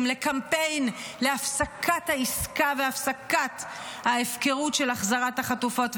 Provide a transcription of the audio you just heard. לקמפיין להפסקת העסקה ולהפסקת ההפקרות של החזרת החטופות והחטופים.